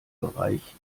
bereich